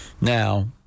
Now